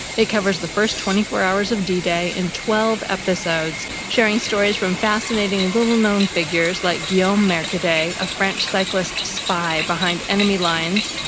it covers the first twenty four hours of d-day d-day in twelve episodes, sharing stories from fascinating, little-known figures like guillaume mercader, a ah french cyclist spy behind enemy lines,